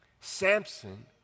Samson